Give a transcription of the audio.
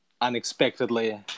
unexpectedly